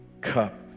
cup